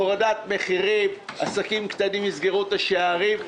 הורדת מחירים, עסקים קטנים יסגרו את השערים.